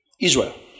Israel